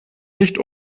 nicht